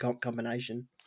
combination